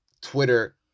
Twitter